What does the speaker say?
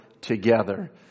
together